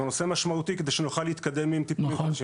זה נושא משמעותי כדי שנוכל להתקדם עם טיפולים חדשים.